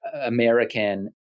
American